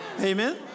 Amen